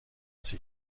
سکه